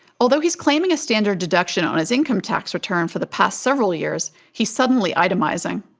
although he's claiming a standard deduction on his income tax return for the past several years, he's suddenly itemizing.